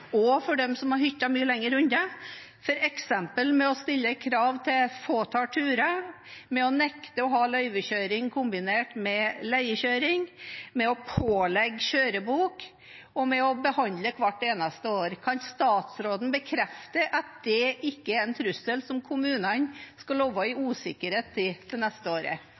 og for dem som har hytte mye lenger unna, f.eks. med å stille krav til et fåtall turer, med å nekte å ha løyvekjøring kombinert med leiekjøring, med å pålegge kjørebok og med å behandle hvert eneste år? Kan statsråden bekrefte at det ikke er en trussel som kommunene skal leve i usikkerhet om det neste året?